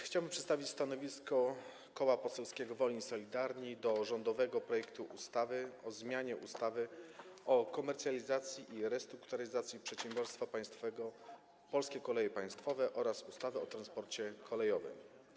Chciałbym przedstawić stanowisko Koła Poselskiego Wolni i Solidarni dotyczące rządowego projektu ustawy o zmianie ustawy o komercjalizacji i restrukturyzacji przedsiębiorstwa państwowego „Polskie Koleje Państwowe” oraz ustawy o transporcie kolejowym.